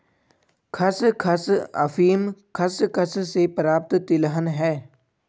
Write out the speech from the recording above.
खसखस अफीम खसखस से प्राप्त तिलहन है